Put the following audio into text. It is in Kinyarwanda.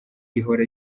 ihora